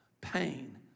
pain